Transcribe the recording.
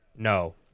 No